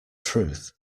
truth